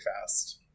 fast